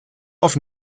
auf